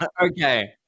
Okay